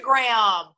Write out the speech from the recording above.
Instagram